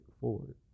forward